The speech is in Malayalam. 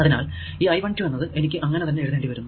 അതിനാൽ ഈ I 12 എന്നത് എനിക്ക് അങ്ങനെ തന്നെ എഴുതേണ്ടി വരുന്നു